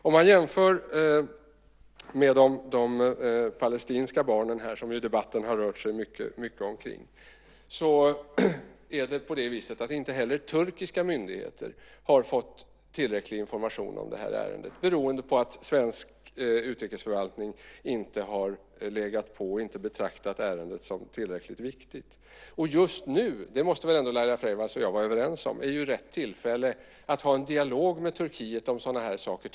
Man kan jämföra med de palestinska barnen som debatten har handlat mycket om. Då är det på det viset att inte heller turkiska myndigheter har fått tillräcklig information om detta ärende beroende på att svensk utrikesförvaltning inte har legat på och inte betraktat ärendet som tillräckligt viktigt. Laila Freivalds och jag måste väl ändå vara överens om att det just nu är rätt tillfälle att ha en dialog med Turkiet om sådana här saker?